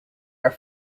are